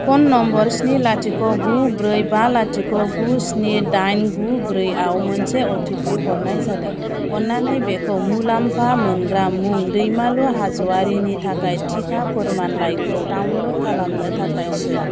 phone number स्नि लाथिख' गु ब्रै बा लाथिख' गु स्नि दाइन गु ब्रैआव मोनसे अटिपि हरनाय जादों अन्नानै बेखौ मुलाम्फा मोनग्रा मुं दैमालु हाज'वारिनि थाखाय टिका फोरमानलाइखौ डाउनल'ड खालामनो थाखाय सो